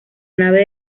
nave